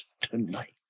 tonight